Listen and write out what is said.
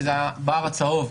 שזה בבר הצהוב,